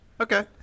Okay